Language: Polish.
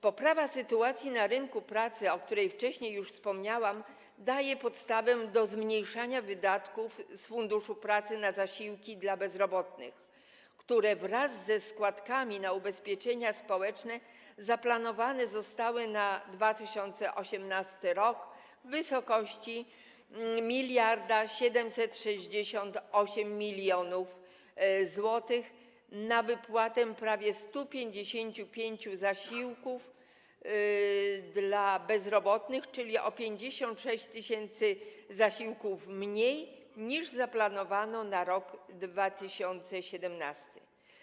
Poprawa sytuacji na rynku pracy, o której wcześniej już wspomniałam, daje podstawę do zmniejszania wydatków z Funduszu Pracy na zasiłki dla bezrobotnych, które wraz ze składkami na ubezpieczenia społeczne zaplanowane zostały na 2018 r. w wysokości 1768 mln zł, co pozwoli wypłacić prawie 155 tys. zasiłków dla bezrobotnych, czyli o 56 tys. zasiłków mniej, niż zaplanowano na rok 2017.